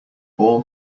all